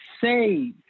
save